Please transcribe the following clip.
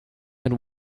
and